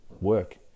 work